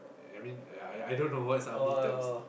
I mean yea yea I don't know what's army terms